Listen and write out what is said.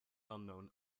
unknown